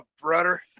brother